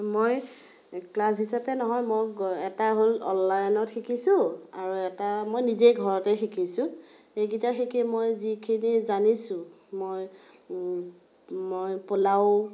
মই ক্লাছ হিচাপে নহয় মই এটা হ'ল অনলাইনত শিকিছোঁ আৰু এটা মই নিজে ঘৰতে শিকিছোঁ সেইকেইটা শিকি মই যিখিনি জানিছোঁ মই মই পোলাও